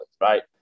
right